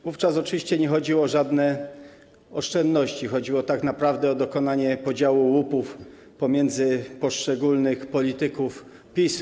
Wówczas oczywiście nie chodziło o żadne oszczędności, chodziło tak naprawdę o dokonanie podziału łupów pomiędzy poszczególnych polityków PiS-u.